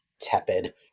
tepid